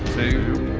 two,